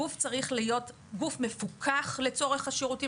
הגוף צריך להיות גוף מפוקח לצורך השירותים